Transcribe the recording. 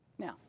Now